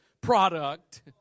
product